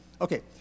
okay